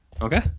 Okay